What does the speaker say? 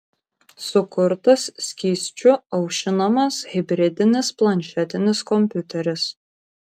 sukurtas skysčiu aušinamas hibridinis planšetinis kompiuteris